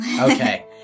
Okay